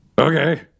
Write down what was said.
Okay